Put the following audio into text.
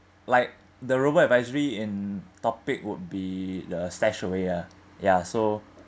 like the robo-advisory in topic would be the stashaway ah ya so